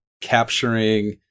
capturing